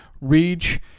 reach